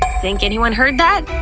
think anyone heard that?